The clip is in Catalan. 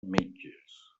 metges